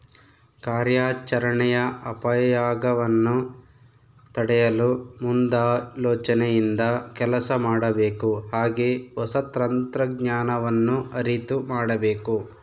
ಕಾರ್ಯಾಚರಣೆಯ ಅಪಾಯಗವನ್ನು ತಡೆಯಲು ಮುಂದಾಲೋಚನೆಯಿಂದ ಕೆಲಸ ಮಾಡಬೇಕು ಹಾಗೆ ಹೊಸ ತಂತ್ರಜ್ಞಾನವನ್ನು ಅರಿತು ಮಾಡಬೇಕು